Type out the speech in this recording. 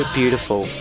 beautiful